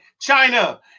China